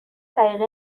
دقیقه